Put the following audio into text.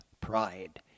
pride